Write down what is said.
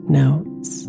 notes